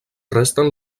resten